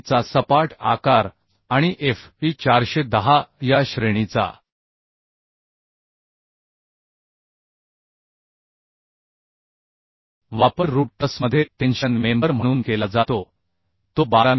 चा सपाट आकार आणि Fe 410 या श्रेणीचावापर रूट ट्रसमध्ये टेन्शन मेंबर म्हणून केला जातो तो 12 मि